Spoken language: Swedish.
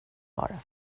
bara